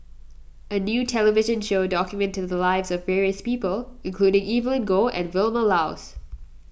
a new television show documented the lives of various people including Evelyn Goh and Vilma Laus